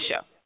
show